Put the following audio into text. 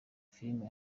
film